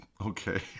Okay